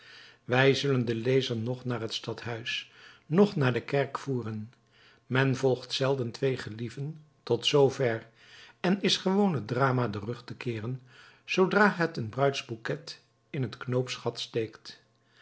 wij zullen den lezer noch naar het stadhuis noch naar de kerk voeren men volgt zelden twee gelieven tot zoo ver en is gewoon het drama den rug te keeren zoodra het een bruidsbouquet in het koopsgat steekt